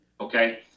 okay